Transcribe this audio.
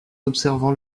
observant